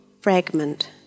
fragment